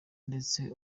ndetse